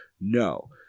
No